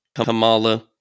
Kamala